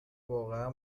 واقعا